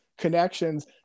connections